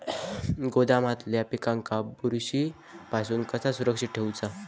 गोदामातल्या पिकाक बुरशी पासून कसा सुरक्षित ठेऊचा?